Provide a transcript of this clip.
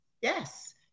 Yes